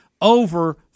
over